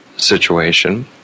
situation